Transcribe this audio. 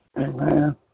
Amen